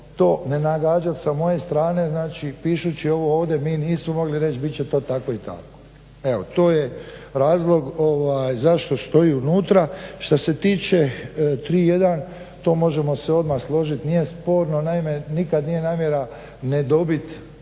to ne nagađati sa moje strane pišući ovo ovdje, mi nismo mogli reći bit će to tako i tako. Evo to je razlog zašto stoji unutra. Što se tiče tri jedan to možemo se odmah složiti nije sporno, naime nikad nije namjera ne dobiti